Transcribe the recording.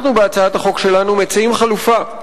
בהצעת החוק שלנו אנחנו מציעים חלופה,